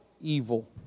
evil